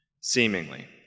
seemingly